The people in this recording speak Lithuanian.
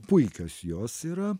puikios jos yra